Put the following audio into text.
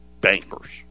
bankers